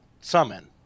summon